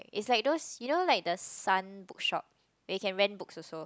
is like those you know like the Sun Bookshop they can rent books also